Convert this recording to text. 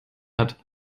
hat